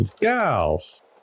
Girls